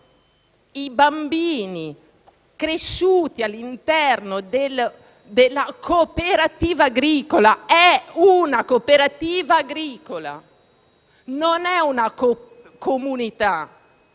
che sono cresciuti all'interno di questa cooperativa agricola. È una cooperativa agricola, non è una comunità